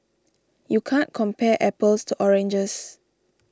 you can't compare apples to oranges